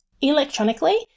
electronically